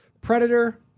Predator